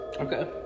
Okay